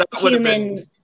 human